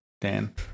Dan